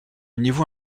niveau